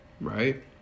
Right